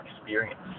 experience